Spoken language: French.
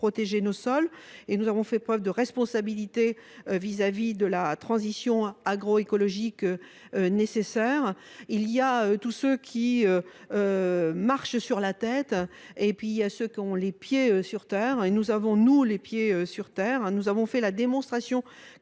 protéger nos sols et que nous avons fait preuve de responsabilité vis à vis de la transition agroécologique, qui est nécessaire. Il y a ceux qui marchent sur la tête et il y a ceux qui ont les pieds sur terre ! En ce qui nous concerne, nous avons les pieds sur terre et nous avons fait la démonstration